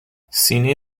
سینه